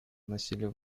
насилия